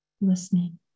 listening